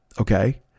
Okay